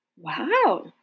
Wow